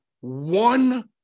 one